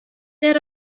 they